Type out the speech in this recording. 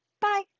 Bye